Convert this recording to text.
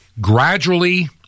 Gradually